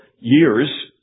years